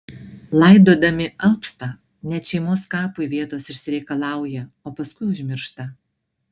laidodami alpsta net šeimos kapui vietos išsireikalauja o paskui užmiršta